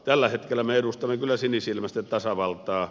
tällä hetkellä me edustamme kyllä sinisilmäisten tasavaltaa